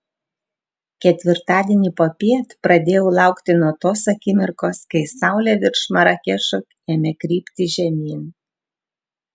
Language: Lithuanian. ketvirtadienį popiet pradėjau laukti nuo tos akimirkos kai saulė virš marakešo ėmė krypti žemyn